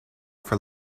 for